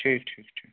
ٹھیٖک ٹھیٖک ٹھیٖک